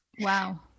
Wow